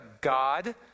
god